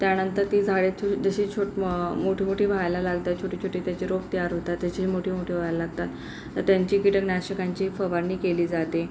त्यानंतर ती झाडे छो जशी छो मोठी मोठी व्हायला लागतात छोटे छोटे त्याचे रोप तयार होतात त्याचे मोठे मोठे व्हायला लागतात तर त्यांची कीटकनाशकांची फवारणी केली जाते